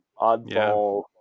oddball